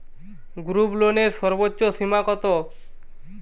গ্রুপলোনের সর্বোচ্চ সীমা কত?